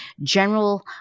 general